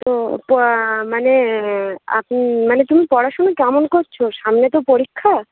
ও তা মানে আপ তুমি পড়াশুনো কেমন করছো সামনে তো পরীক্ষা